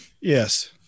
Yes